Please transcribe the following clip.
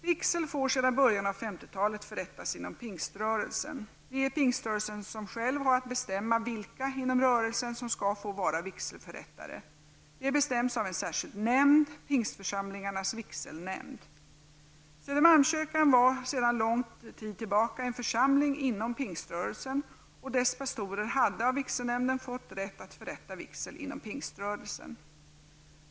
Vigsel får sedan början av 50-talet förrättas inom pingströrelsen. Det är pingströrelsen som själv har att bestämma vilka inom rörelsen som skall få vara vigselförrättare. Det bestäms av en särskild nämnd, pingstförsamlingarnas vigselnämnd. Södermalmskyrkan var sedan lång tid tillbaka en församlingen inom pingströrelsen, och dess pastorer hade av vigselnämnden fått rätt att förrätta vigsel inom pingströrelsen.